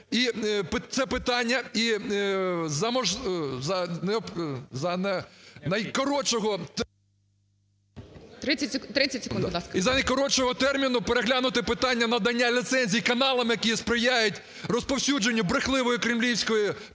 А.А. І за найкоротшого терміну переглянути питання надання ліцензій каналам, які сприяють розповсюдженню брехливої кремлівської